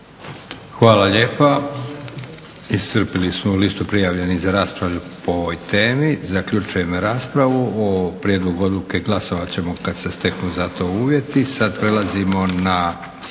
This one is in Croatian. Hvala lijepa. Iscrpili smo listu prijavljenih za raspravu po ovoj temi. Zaključujem raspravu. O Prijedlogu odluke glasovati ćemo kada se steknu za to uvjeti. **Leko,